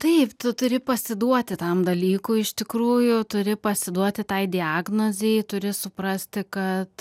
taip tu turi pasiduoti tam dalykui iš tikrųjų turi pasiduoti tai diagnozei turi suprasti kad